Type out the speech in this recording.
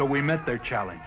so we met there challenge